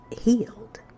healed